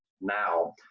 now